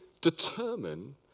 determine